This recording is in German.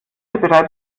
bereits